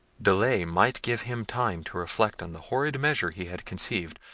delay might give him time to reflect on the horrid measures he had conceived,